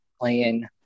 playing